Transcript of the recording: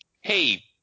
hey